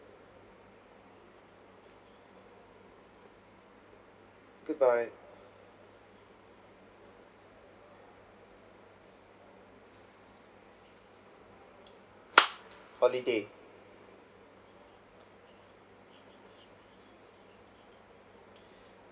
goodbye holiday